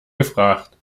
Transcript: gefragt